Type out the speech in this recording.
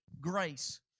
grace